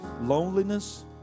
Loneliness